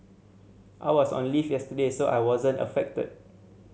I was on leave yesterday so I wasn't affected